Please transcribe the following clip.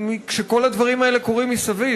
כשכל הדברים האלה קורים מסביב.